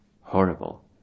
Horrible